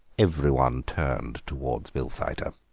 everyone turned towards bilsiter.